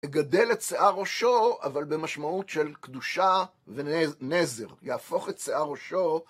יגדל את שיער ראשו, אבל במשמעות של קדושה ונזר. יהפוך את שיער ראשו.